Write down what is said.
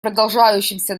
продолжающимся